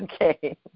Okay